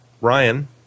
Ryan